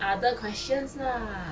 other questions lah